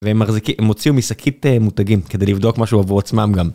והם הוציאו משקית מותגים כדי לבדוק משהו עבור עצמם גם.